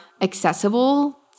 accessible